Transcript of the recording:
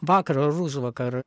vakar ar užvakar